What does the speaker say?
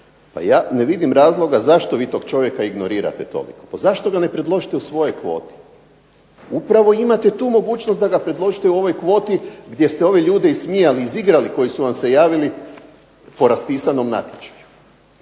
pa ja ne vidim razloga zašto vi tog čovjeka ignorirate toliko. Pa zašto ga ne predložite u svoje kvote? Upravo imate tu mogućnost da ga predložite u ovoj kvoti, gdje ste ove ljude ismijali, izigrali koji su vam se javili po raspisanom natječaju.